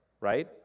right